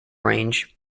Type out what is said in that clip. range